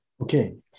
Okay